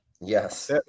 Yes